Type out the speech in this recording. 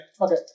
Okay